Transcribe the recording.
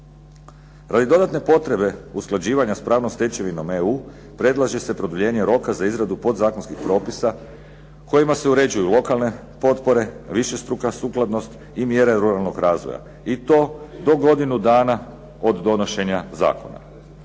Radi dodatne potrebe usklađivanja s pravnom stečevinom EU predlaže se produljenje roka za izradu podzakonskih propisa kojima se uređuje lokalne potpore, višestruka sukladnost i mjere ruralnog razvoja. I to do godinu dana od donošenja Zakona.